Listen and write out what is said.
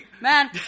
Man